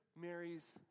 Mary's